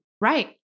Right